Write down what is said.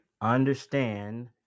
understand